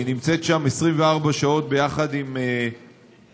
והיא נמצאת 24 שעות יחד עם בעלה,